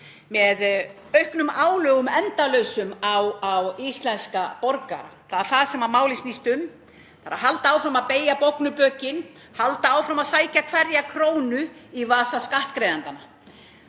með auknum og endalausum álögum á íslenska borgara — það er það sem málið snýst um, að halda áfram að beygja bognu bökin, halda áfram að sækja hverja krónu í vasa skattgreiðendanna,